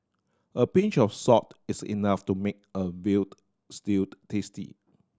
a pinch of salt is enough to make a veal stew tasty